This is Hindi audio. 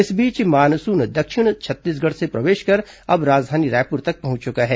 इस बीच मानसून दक्षिणी छत्तीसगढ़ से प्रवेश कर अब राजधानी रायपुर तक पहुंच चुका है